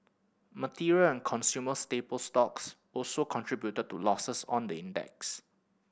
material and consumer staple stocks also contributed to losses on the index